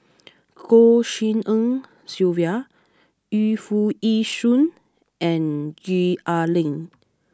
Goh Tshin En Sylvia Yu Foo Yee Shoon and Gwee Ah Leng